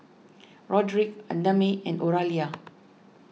Roderic Idamae and Oralia